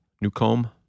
Newcomb